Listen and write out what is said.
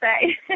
say